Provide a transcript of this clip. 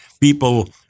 people